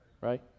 right